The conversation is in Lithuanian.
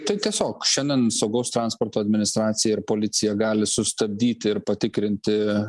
tai tiesiog šiandien saugaus transporto administracija ir policija gali sustabdyti ir patikrinti